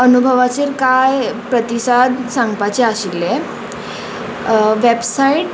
अनुभवाचेर कांय प्रतिसाद सांगपाचे आशिल्ले वेबसायट